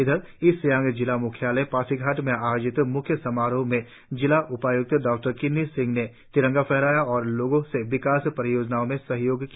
इधर ईस्ट सियांग जिला म्ख्यालय पासीघाट में आयोजित म्ख्य समारोह में जिला उपाय्क्त डॉ किन्नी सिंह ने तिरंगा फहराया और लोगों से विकास परियोजनाओं में सहयोग की अपील की